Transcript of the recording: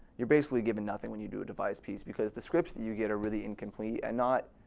you're basically given nothing when you do a devised piece because the scripts that you get are really incomplete and not.